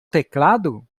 teclado